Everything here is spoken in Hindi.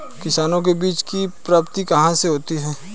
किसानों को बीज की प्राप्ति कहाँ से होती है?